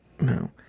no